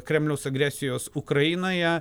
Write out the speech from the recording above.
kremliaus agresijos ukrainoje